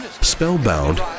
Spellbound